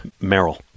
Merrill